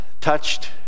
touched